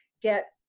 get